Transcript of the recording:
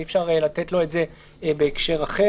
אי אפשר לתת לו את זה בהקשר אחר.